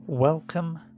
Welcome